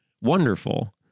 Wonderful